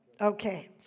Okay